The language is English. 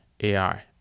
AI